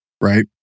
right